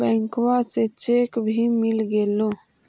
बैंकवा से चेक भी मिलगेलो?